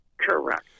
Correct